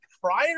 prior